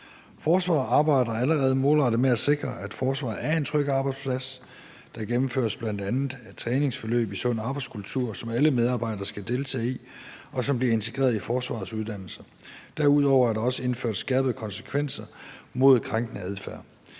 Forsvaret arbejder allerede målrettet med at sikre, at forsvaret er en tryg arbejdsplads. Der gennemføres bl.a. træningsforløb i sund arbejdskultur, som alle medarbejdere skal deltage i, og som bliver integreret i forsvarets uddannelse. Derudover er der også indført skærpede konsekvenser ved krænkende adfærd.